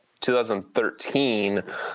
2013